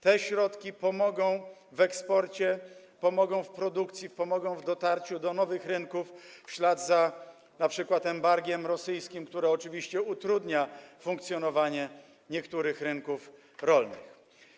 Te środki pomogą w eksporcie, pomogą w produkcji, pomogą w dotarciu do nowych rynków, w związku np. z embargiem rosyjskim, które oczywiście utrudnia funkcjonowanie niektórych rynków rolnych.